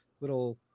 little